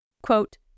Quote